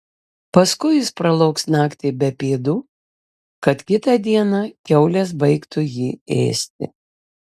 paskui jis pralauks naktį be pėdų kad kitą dieną kiaulės baigtų jį ėsti